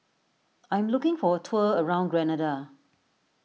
I am looking for a tour around Grenada